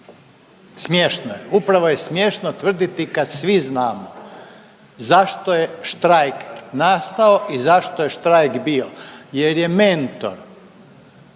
smiješno je, upravo je smiješno tvrditi kad svi znamo zašto je štrajk nastao i zašto je štrajk bio jer je mentor